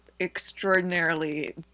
extraordinarily